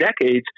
decades